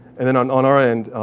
and then on on our end,